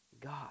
God